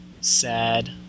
sad